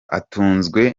atunzwe